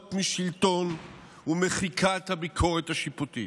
משלטון ומחיקה של הביקורת השיפוטית.